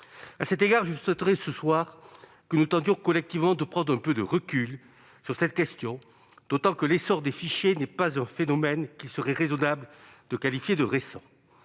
À cet égard, je souhaiterais ce soir que nous tentions collectivement de prendre un peu de recul sur cette question, d'autant que l'essor des fichiers n'est pas un phénomène qu'il serait raisonnable de qualifier de récent.